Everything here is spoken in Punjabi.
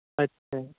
ਅੱਛਾ